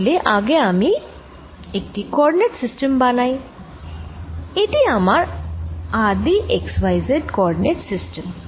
তাহলে আগে একটি কোঅরডিনেট সিস্টেম বানাই এটি আমার আদি x y z coordinate system